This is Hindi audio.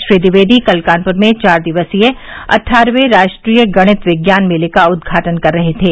श्री ट्विवेदी कल कानपुर में चार दिवसीय अट्ठारहवें राष्ट्रीय गणित विज्ञान मेले का उद्घाटन कर रहे थे